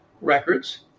records